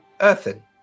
Earthen